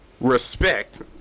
respect